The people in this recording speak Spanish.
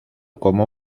como